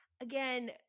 Again